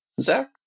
Zach